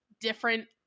different